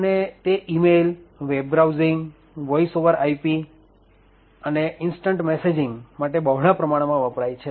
અને તે email web browsing voice over I P અને ઇન્સ્ટન્ટ મેસેજિંગ માટે બહોળા પ્રમાણમાં વપરાય છે